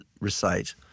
recite